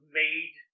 made